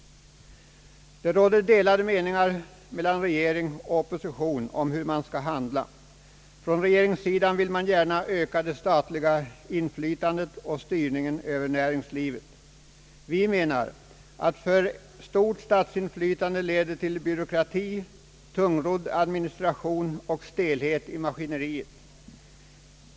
Det råder delade meningar mellan regering och opposition om hur man skall handla. Regeringen vill gärna öka det statliga inflytandet och styrningen över näringslivet. Vi menar, att för stort statsinflytande leder till byråkrati, tungrodd administration och stelhet i maskineriet.